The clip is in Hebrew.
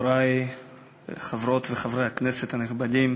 חברות וחברי הכנסת הנכבדים,